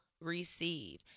receive